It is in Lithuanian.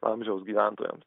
amžiaus gyventojams